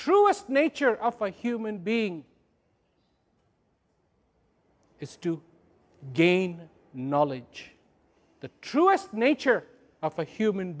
truest nature of a human being is to gain knowledge the truest nature of a human